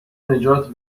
نجات